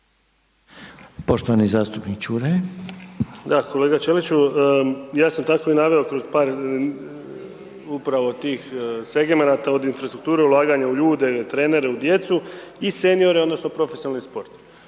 Stjepan (HNS)** Da, kolega Ćeliću, ja sam tako naveo i kroz upravo tih segmenata od infrastrukture, ulaganje u ljude, trenere, u djecu i seniore odnosno profesionalni sport.